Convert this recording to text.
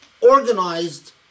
organized